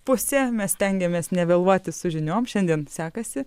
pusė mes stengiamės nevėluoti su žiniom šiandien sekasi